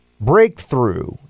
breakthrough